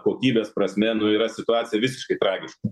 kokybės prasme nu yra situacija visiškai tragiška